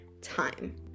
time